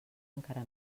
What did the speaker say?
encara